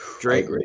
Drake